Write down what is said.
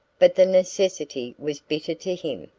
but the necessity was bitter to him,